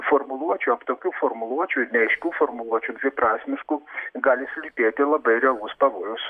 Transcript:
formuluočių aptakių formuluočių ir neaiškių formuluočių dviprasmiškų gali slypėti labai realus pavojus